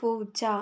പൂച്ച